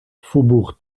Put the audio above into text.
faubourg